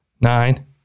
nine